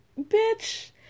Bitch